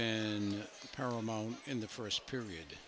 pan paramount in the first period